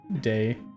day